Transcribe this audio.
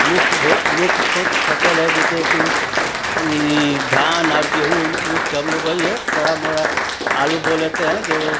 मुख्य भो मुख्य फसल है जैसे कि ई धान और गेहूँ मुख्य हम लोग का वही है थोड़ा मोरा आलू बो लेते हैं जो